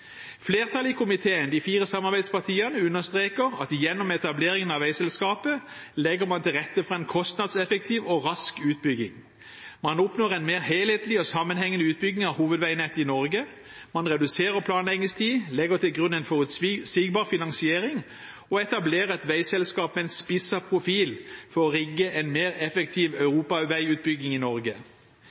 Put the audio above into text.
Flertallet i komiteen, de fire samarbeidspartiene, understreker at gjennom etableringen av veiselskapet legger man til rette for en kostnadseffektiv og rask utbygging. Man oppnår en mer helhetlig og sammenhengende utbygging av hovedveinettet i Norge, man reduserer planleggingstid, legger til grunn en forutsigbar finansiering og etablerer et veiselskap med en spisset profil for å rigge en mer effektiv europaveiutbygging i Norge.